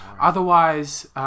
otherwise